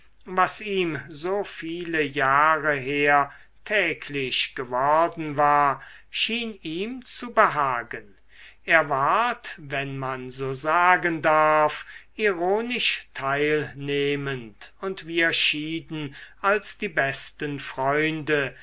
was ihm so viele jahre her täglich geworden war schien ihm zu behagen er ward wenn man so sagen darf ironisch teilnehmend und wir schieden als die besten freunde